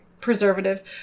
preservatives